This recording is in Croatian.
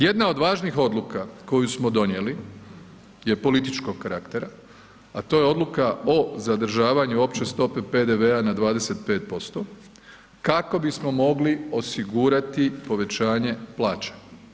Jedna od važnih odluka koju smo donijeli je političkog karaktera, a to je odluka o zadržavanju opće stope PDV-a na 25% kako bismo mogli osigurati povećanje plaća.